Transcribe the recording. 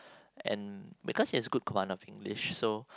and because he has good command of English so